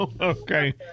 Okay